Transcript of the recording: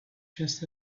just